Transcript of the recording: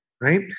right